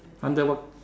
under what